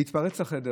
והתפרץ לחדר